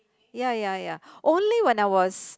ya ya ya only when I was